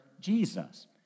Jesus